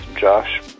Josh